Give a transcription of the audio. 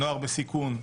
נוער בסיכון,